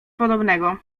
podobnego